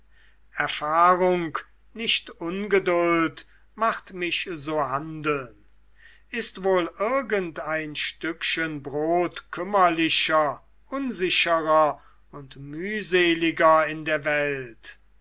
erfahrung nicht ungeduld macht mich so handeln ist wohl irgendein stückchen brot kümmerlicher unsicherer und mühseliger in der welt